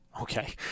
Okay